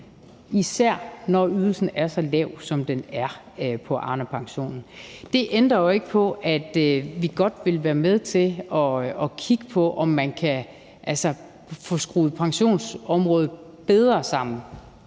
især når ydelsen er så lav, som den er på Arnepensionen. Det ændrer jo ikke på, at vi godt vil være med til at kigge på, om man kan få skruet pensionsområdet bedre sammen.